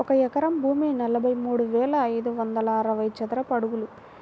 ఒక ఎకరం భూమి నలభై మూడు వేల ఐదు వందల అరవై చదరపు అడుగులు